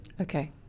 Okay